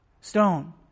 Stone